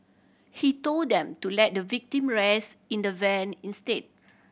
he told them to let the victim rest in the van instead